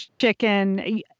chicken